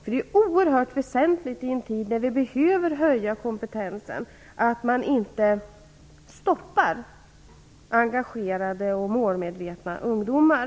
Det är oerhört väsentligt, i en tid när kompetensen behöver höjas, att man inte stoppar engagerade och målmedvetna ungdomar.